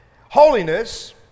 holiness